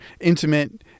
intimate